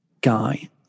guy